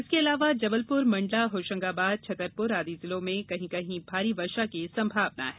इसके अलावा जबलपुर मंडला होशंगाबाद छतरपुर आदि जिलों में कहीं कहीं भारी वर्षा की संभावना है